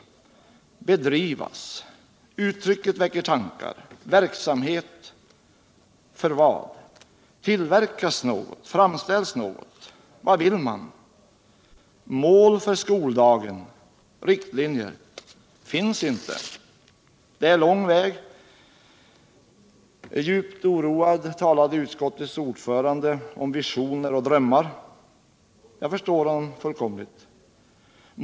”Bedrivas”. ordet väcker tankar. Verksamhet — för vad” Tillverkas något, framställs något? Vad vill man? Det är lång väg. Djupt oroad talade utskottets ordförande om visioner och drömmar. Jag förstår honom fullkomligt.